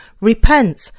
Repent